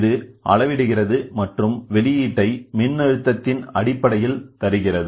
இது அளவிடுகிறது மற்றும் வெளியீட்டை மின்னழுத்தத்தின் அடிப்படையில் தருகிறது